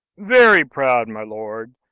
very proud, my lord.